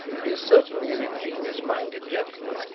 he is certainly an ingenious-minded gentleman.